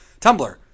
Tumblr